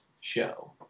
Show